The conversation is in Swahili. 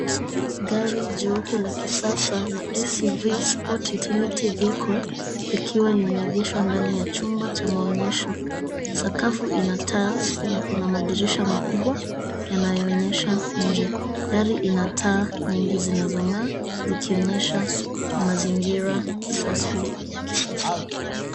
Gari jeupe la kisasa la SUV Sport Utility vehicle likiwa limeegeshwa ndani ya chumba cha maonyesho. Sakafu ina tiles na kuna madirisha makubwa yanayoonyesha nje. Dari ina taa nyingi zinazong'aa zikionyesha mazingira safi ya kisasa.